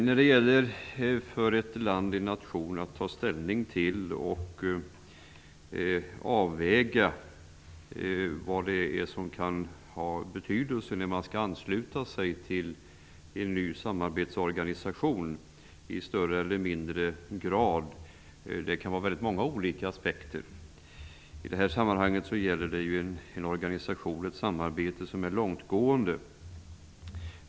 När det gäller för ett land och en nation att ta ställning till och avväga vad som kan ha betydelse när man i större eller mindre grad skall ansluta sig till en ny samarbetsorganisation kan det finnas många olika aspekter att ta hänsyn till. I det här sammanhanget gäller det ju en organisation och ett samarbete som är långtgående.